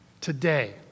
today